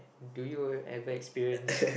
do you ever experience